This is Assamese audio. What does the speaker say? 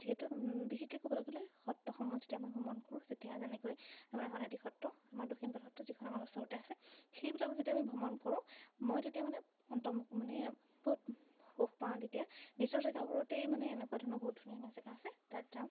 যিহেতু বিশেষকৈ ক'বলৈ গ'লে সত্ৰসমূহ যেতিয়া মই ভ্ৰমণ কৰোঁ তেতিয়া যেনেকৈ আমাৰ আউনীআটী সত্ৰ আমাৰ দক্ষিণপাট সত্ৰ যিখন আমাৰ ওচৰতে আছে সেইবিলাকত যেতিয়া আমি ভ্ৰমণ কৰোঁ মই তেতিয়া মানে মানে বহুত সুখ পাওঁ তেতিয়া নিজৰ জেগাবোৰতেই মানে এনেকুৱা ধৰণৰ বহুত ধুনীয়া ধুনীয়া জেগা আছে তাত যাওঁ